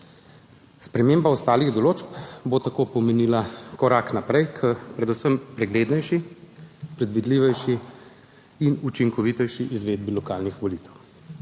Sprememba ostalih določb bo tako pomenila korak naprej k predvsem preglednejši, predvidljivejši in učinkovitejši izvedbi lokalnih volitev.